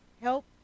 Help